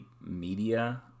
media